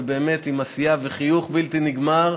עם עשייה וחיוך בלתי נגמר,